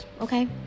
Okay